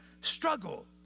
struggle